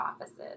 offices